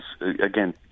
again